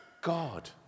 God